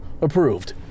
approved